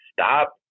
Stop